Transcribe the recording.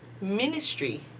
ministry